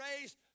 raised